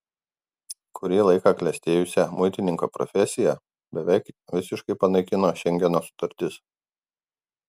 kurį laiką klestėjusią muitininko profesiją beveik visiškai panaikino šengeno sutartis